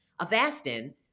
Avastin